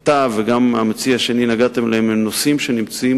אתה וגם המציע השני נגעתם בהם הם נושאים שנמצאים